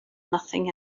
nothing